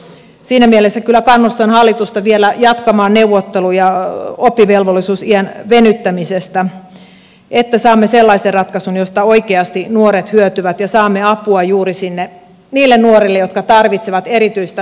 siinä mielessä kyllä kannustan hallitusta vielä jatkamaan neuvotteluja oppivelvollisuusiän venyttämisestä että saamme sellaisen ratkaisun josta oikeasti nuoret hyötyvät ja saamme apua juuri niille nuorille jotka tarvitsevat erityistä tukea